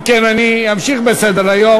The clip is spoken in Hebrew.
אם כן, אני אמשיך בסדר-היום.